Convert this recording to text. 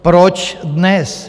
Proč dnes?